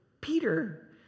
Peter